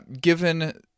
given